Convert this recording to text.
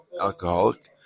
alcoholic